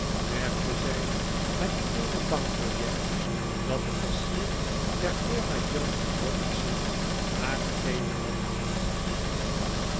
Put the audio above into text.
legde zij het eene bankbiljet dat de kassier der firma jones robinson haar gegeven had